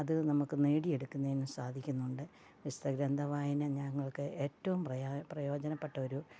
അത് നമുക്ക് നേടിയെടുക്കുന്നതിനും സാധിക്കുന്നുണ്ട് വിശുദ്ധഗ്രന്ഥ വായന ഞങ്ങൾക്ക് ഏറ്റവും പ്രയോജനപ്പെട്ട ഒരു